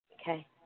Okay